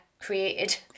created